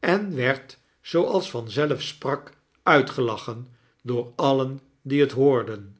en werd zooals vanzelf sprak uitgelachen door alien die het hoorden